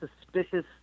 suspicious